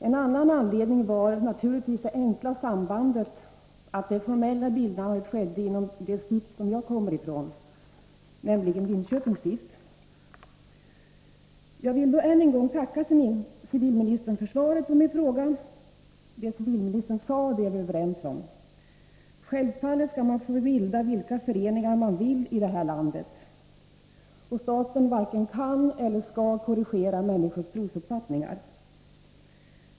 En annan anledning var naturligtvis det enkla sambandet att det formella bildandet skedde inom det stift som jag kommer ifrån, nämligen Linköpings stift. Jag vill då än en gång tacka civilministern för svaret på min fråga. Det civilministern sade är vi överens om. Självfallet skall man få bilda vilka föreningar man vill i det här landet, och staten varken kan eller skall korrigera människors trosuppfattningar.